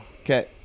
okay